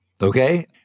Okay